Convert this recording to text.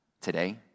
today